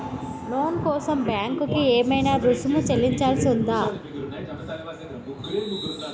లోను కోసం బ్యాంక్ కి ఏమైనా రుసుము చెల్లించాల్సి ఉందా?